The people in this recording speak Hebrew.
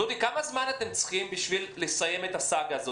דודי, כמה זמן אתם צריכים לסיים את הסאגה הזאת?